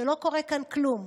לא קורה כאן כלום.